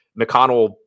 McConnell